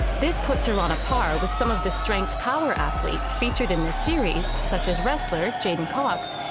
this puts her on a par with some of the strength-power athletes featured in this series, such as wrestler, j'den cox,